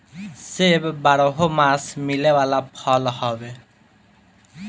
सेब बारहोमास मिले वाला फल हवे